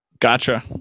Gotcha